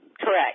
Correct